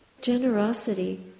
Generosity